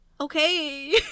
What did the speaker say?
okay